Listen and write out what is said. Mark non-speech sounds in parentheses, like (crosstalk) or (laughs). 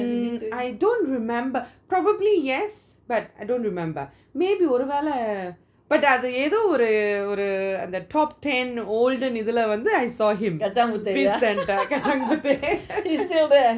um I don't remember probably yes but I don't remember maybe ஒரு வெள்ளை:oru vella but ah அது எதோ ஒரு ஒரு:athu eatho oru oru top ten old இதுல வந்து:ithula vanthu I saw him peace centre kacang puteh (laughs)